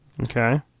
Okay